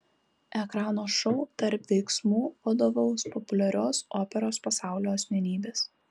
ekrano šou tarp veiksmų vadovaus populiarios operos pasaulio asmenybės